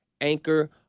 Anchor